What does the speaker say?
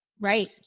Right